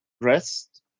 rest